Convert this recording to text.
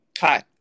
Hi